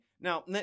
Now